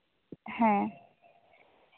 ᱦᱮᱸ